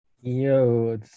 Yo